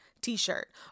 t-shirt